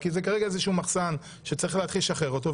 כי זה כרגע איזשהו מחסן שצריך להתחיל לשחרר אותו,